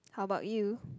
how about you